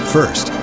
First